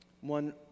one